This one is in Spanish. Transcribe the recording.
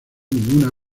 ninguna